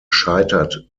scheitert